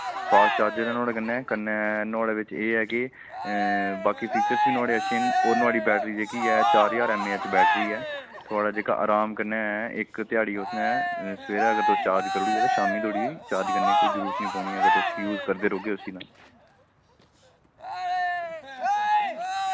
fast charger ऐ नुहाड़े कन्नै नुहाड़े कन्नै नुहाड़े बिच्च एह् ऐ कि बाकी फीचर्स बी नुहाड़े अच्छे न होर नुहाड़ी बैटरी जेह्की ऐ चार ज्हार एम ए एच बैटरी ऐ थुआढ़ा जेह्का आराम कन्नै इक ध्याड़ी उस ने सवेरे अगर तुस चार्ज करी ओड़गे ते शामी धोड़ी चार्ज करने दी कोई जरूरत निं पौनी ऐ अगर तुस यूज़ करदे रौह्गे उसी तां